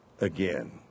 again